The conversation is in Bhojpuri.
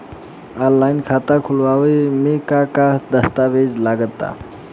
आनलाइन खाता खूलावे म का का दस्तावेज लगा ता?